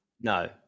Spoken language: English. No